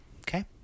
Okay